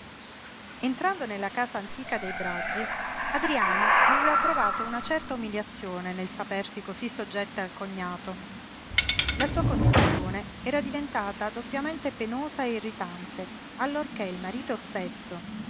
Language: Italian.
entrando nella casa antica dei braggi adriana aveva provato una certa umiliazione nel sapersi cosí soggetta al cognato la sua condizione era diventata doppiamente penosa e irritante allorché il marito stesso